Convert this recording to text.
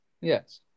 Yes